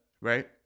Right